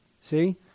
See